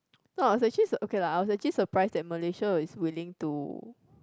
no lah I was actually s~ okay lah I was actually surprised that Malaysia is willing to